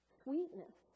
sweetness